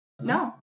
No